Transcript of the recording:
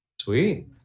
sweet